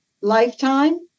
Lifetime